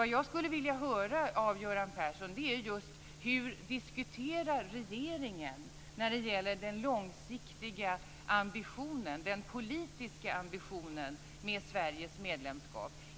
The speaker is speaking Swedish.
Vad jag skulle vilja höra av Göran Persson är just hur regeringen diskuterar när det gäller den långsiktiga ambitionen, den politiska ambitionen, med Sveriges medlemskap.